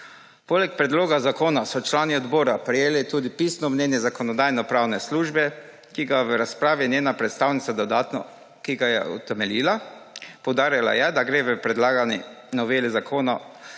Poleg predloga zakona so člani odbora prejeli tudi pisno mnenje Zakonodajno-pravne službe, ki ga je njena predstavnica dodatno utemeljila. Poudarila je, da gre v predlagani noveli zakona